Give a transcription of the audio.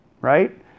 right